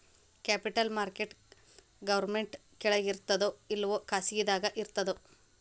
Capital market government ಕೆಳಗಿರ್ತದೋ ಇಲ್ಲಾ ಖಾಸಗಿಯಾಗಿ ಇರ್ತದೋ?